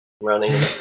running